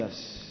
Yes